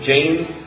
James